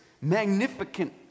magnificent